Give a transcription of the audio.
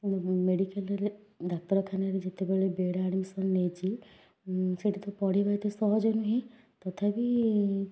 ମୁଁ ମେଡ଼ିକାଲରେ ଡାକ୍ତରଖାନାରେ ଯେତେବେଳେ ବେଡ଼୍ ଆଡ଼ମିସନ୍ ନେଇଛି ସେଇଠି ତ ପଢ଼ିବା ଏତେ ସହଜ ନୁହେଁ ତଥାପି